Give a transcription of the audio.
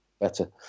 better